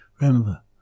Remember